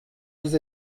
vous